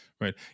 Right